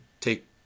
take